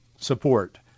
support